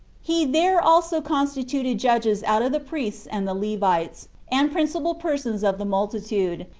he there also constituted judges out of the priests and the levites, and principal persons of the multitude,